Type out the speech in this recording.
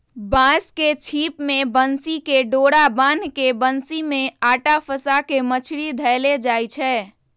बांस के छिप में बन्सी कें डोरा बान्ह् के बन्सि में अटा फसा के मछरि धएले जाइ छै